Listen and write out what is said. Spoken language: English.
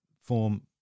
form